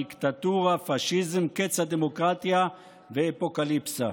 דיקטטורה, פשיזם, קץ הדמוקרטיה ואפוקליפסה.